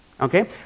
Okay